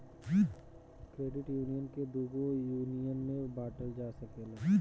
credit union के दुगो union में बॉटल जा सकेला